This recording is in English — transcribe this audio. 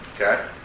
Okay